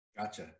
Gotcha